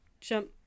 jump